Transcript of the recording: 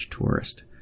tourist